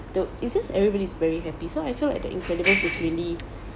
though it's just everybody is very happy so I feel like the incredibles is really